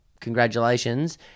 congratulations